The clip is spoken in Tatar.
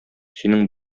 синең